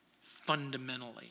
fundamentally